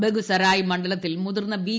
ബഹുസരായ് മണ്ഡലത്തിൽ മുതിർന്ന ബി